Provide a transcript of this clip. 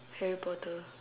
harry potter